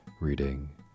reading